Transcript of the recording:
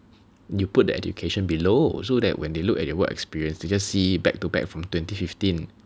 you put that education below so that when they look at your work experience they just see back to back from twenty fifteen